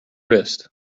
wrist